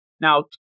Now